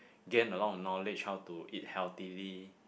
gain a lot of knowledge how to eat healthily